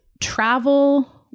travel